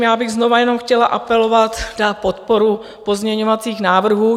Já bych znovu jenom chtěla apelovat na podporu pozměňovacích návrhů.